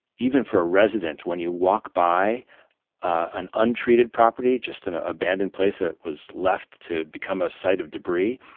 even for a resident, when you walk by an untreated property just in an abandoned place that was left to become a site of debris,